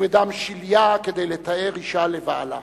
ובדם שליה כדי לטהר אשה לבעלה.